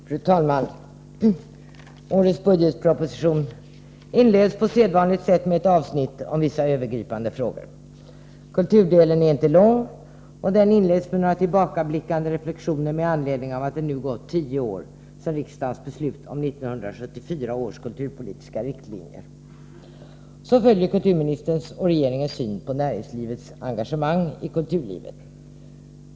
Fru talman! Årets budgetproposition inleds på sedvanligt sätt med ett avsnitt om vissa övergripande frågor. Kulturdelen är inte lång, och den inleds med några tillbakablickande reflexioner med anledning av att det nu gått tio år sedan riksdagen beslöt om 1974 års kulturpolitiska riktlinjer. Så följer kulturministerns och regeringens syn på näringslivets engagemang i kulturlivet.